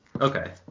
Okay